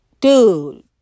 Dude